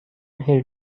hill